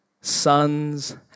sons